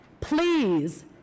please